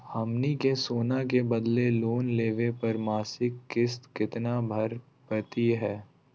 हमनी के सोना के बदले लोन लेवे पर मासिक किस्त केतना भरै परतही हे?